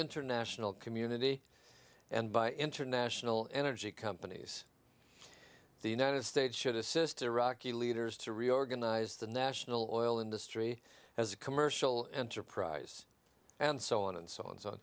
international community and by international energy companies the united states should assist iraqi leaders to reorganize the national oil industry as a commercial enterprise and so on and so on so